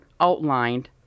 outlined